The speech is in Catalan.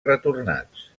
retornats